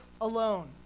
alone